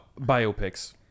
biopics